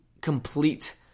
complete